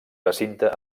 recinte